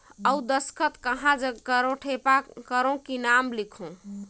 अउ दस्खत कहा जग करो ठेपा करो कि नाम लिखो?